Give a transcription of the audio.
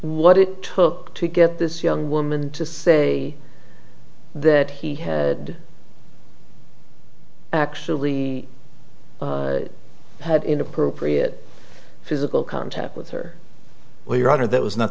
what it took to get this young woman to say that he had actually had inappropriate physical contact with her where your honor that was not